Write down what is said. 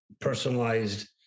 personalized